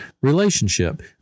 relationship